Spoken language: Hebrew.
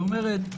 אומרת: